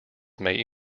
may